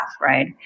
right